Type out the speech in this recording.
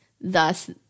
thus